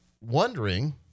wondering